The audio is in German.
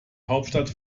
hauptstadt